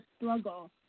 struggle